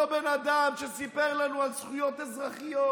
אותו בן אדם שסיפר לנו על זכויות אזרחיות